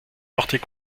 portées